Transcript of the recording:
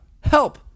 Help